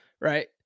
right